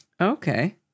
Okay